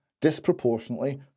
disproportionately